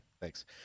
Thanks